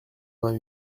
vingt